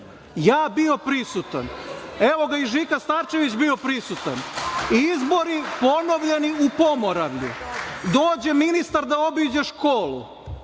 Ja bio prisutan, evo ga i Žika Starčević bio prisutan, izbori ponovljeni u Pomoravlju, dođe ministar da obiđe školu